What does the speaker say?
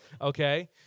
okay